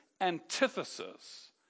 antithesis